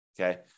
Okay